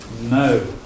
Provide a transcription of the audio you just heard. no